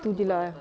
itu gila eh